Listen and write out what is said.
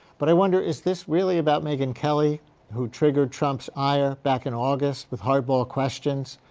but, i wonder, is this really about megyn kelly who triggered trump's ire back in august with hard-ball questions?